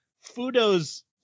Fudo's